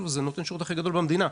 וזה נותן השירות הכי גדול במדינה.